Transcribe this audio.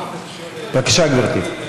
בבקשה, גברתי.